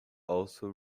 also